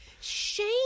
Shame